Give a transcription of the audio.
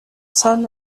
son